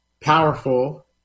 powerful